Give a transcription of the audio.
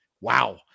Wow